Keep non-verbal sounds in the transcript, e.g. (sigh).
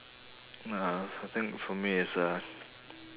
(noise) I think for me is uh